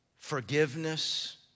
Forgiveness